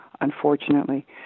unfortunately